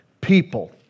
people